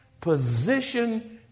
position